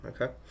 okay